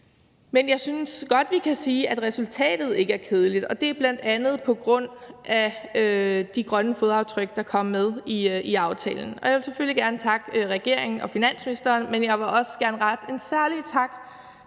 Men jeg synes godt, vi kan sige, at resultatet ikke er kedeligt, og det er bl.a. på grund af de grønne aftryk, der kom med i aftalen. Jeg vil selvfølgelig gerne takke regeringen og finansministeren, men jeg vil også gerne rette en særlig tak